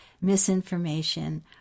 misinformation